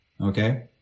Okay